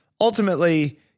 ultimately